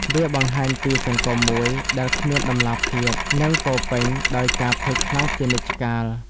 វាបង្ហាញពីសង្គមមួយដែលគ្មានតម្លាភាព និងពោរពេញដោយការភ័យខ្លាចជានិច្ចកាល។